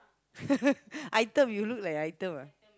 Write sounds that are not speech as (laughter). (laughs) item you look like item ah